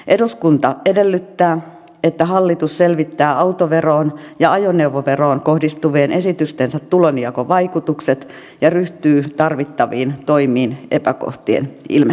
eduskunta edellyttää että hallitus selvittää autoveroon ja ajoneuvoveroon kohdistuvien esitystensä tulonjakovaikutukset ja ryhtyy tarvittaviin toimiin epäkohtien ilmetessä